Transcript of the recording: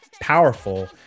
powerful